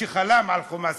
שחלם על חומה סינית?